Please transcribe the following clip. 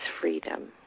freedom